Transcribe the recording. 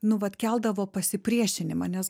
nu vat keldavo pasipriešinimą nes